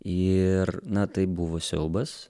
ir na tai buvo siaubas